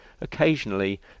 occasionally